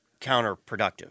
counterproductive